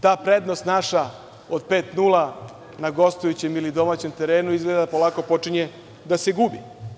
Ta naša prednost od 5:0 na gostujućem ili domaćem terenu izgleda da polako počinje da se gubi.